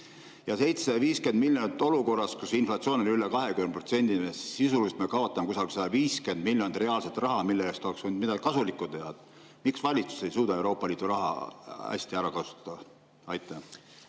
750 miljonit olukorras, kus inflatsioon on üle 20%. Sisuliselt me kaotame kusagil 150 miljonit reaalset raha, mille eest oleks võinud midagi kasulikku teha. Miks valitsus ei suuda Euroopa Liidu raha hästi ära kasutada? Aitäh!